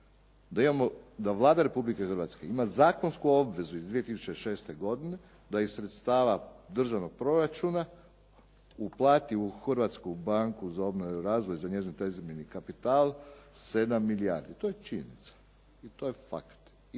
da Vlada Republike Hrvatske ima zakonsku iz 2006. godine da iz sredstava državnog proračuna uplati u Hrvatsku banku za obnovu i razvoj, za njezin …/Govornik se ne razumije./… kapital 7 milijardi. To je činjenica. I to je fakat.